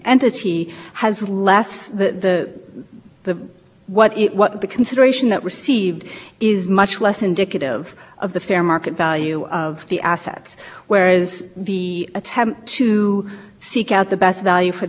appraisal doing knees taking the steps to understand what your assets are worth and going out and trying to achieve maximum value for your assets demonstrates that in fact